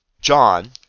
john